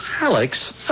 Alex